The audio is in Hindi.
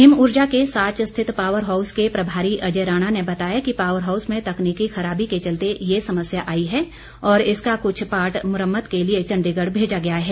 हिम ऊर्जा के साच स्थित पावर हाऊस के प्रभारी अजय राणा ने बताया कि पावर हाऊस में तकनीकी खराबी के चलते ये समस्या आई है और इसका कुछ पार्ट मरम्मत के लिए चंडीगढ़ भेजा गया है